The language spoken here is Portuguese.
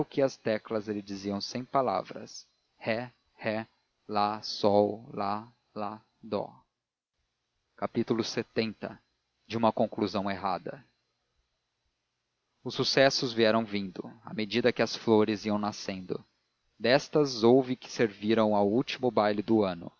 as teclas lhe diziam sem palavras ré ré lá sol lá lá dó lxx de uma conclusão errada os sucessos vieram vindo à medida que as flores iam nascendo destas houve que serviram ao último baile do ano